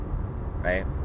right